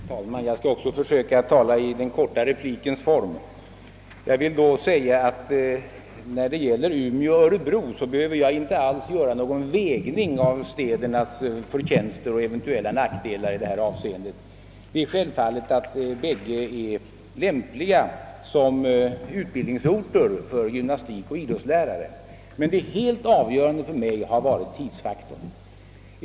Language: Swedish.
Herr talman! Jag skall också försöka tala i den korta replikens form. När det gäller Umeå och Örebro be höver jag inte alls göra någon vägning av dessa städers förtjänster och eventuella nackdelar i nu förevarande avseende. Det är självklart att båda är lämpliga som utbildningsorter för gymnastikoch idrottslärare. Men det för mig helt avgörande har varit tidsfaktorn.